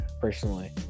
personally